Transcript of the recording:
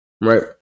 right